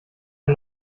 ein